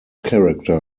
character